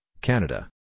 Canada